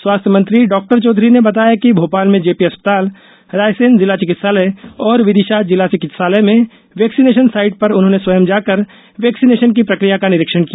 स्वास्थ्य मंत्री डॉ चौधरी ने बताया कि भोपाल में जेपी अस्पताल रायसेन जिला चिकित्सालय और विदिशा जिला चिकित्सालय में वैक्सीनेशन साइट पर उन्होंने स्वयं जाकर वैक्सीनेशन की प्रक्रिया का निरीक्षण किया